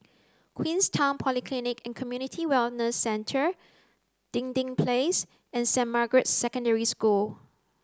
Queenstown Polyclinic and Community Wellness Centre Dinding Place and Saint Margaret's Secondary School